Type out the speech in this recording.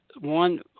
One